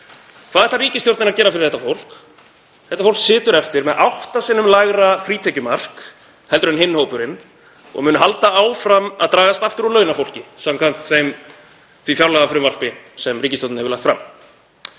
Hvað ætlar ríkisstjórnin að gera fyrir þetta fólk? Þetta fólk situr eftir með átta sinnum lægra frítekjumark en hinn hópurinn og mun halda áfram að dragast aftur úr launafólki samkvæmt því fjárlagafrumvarpi sem ríkisstjórnin hefur lagt fram.